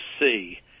see